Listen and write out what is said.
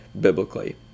biblically